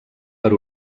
per